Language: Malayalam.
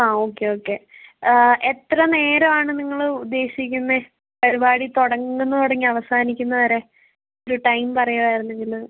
ആ ഓക്കെ ഓക്കെ എത്ര നേരമാണ് നിങ്ങളുദ്ദേശിക്കുന്നത് പരിപാടി തുടങ്ങുന്നത് തുടങ്ങി അവസാനിക്കുന്നത് വരെ ഒരു ടൈം പറയുവായിരുന്നെങ്കില്